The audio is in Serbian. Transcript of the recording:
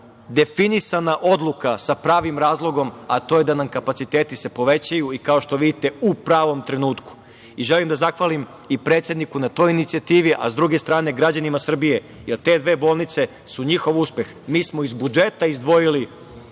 definisana odluka sa pravim razlogom, a to je da nam se kapaciteti povećaju, kao što vidite u pravom trenutku. Želim da zahvalim i predsedniku na toj inicijativi, a s druge strane građanima Srbije, jer te dve bolnice su njihov uspeh. Mi smo iz budžeta izdvojili